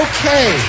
Okay